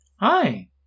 Hi